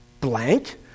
blank